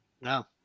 No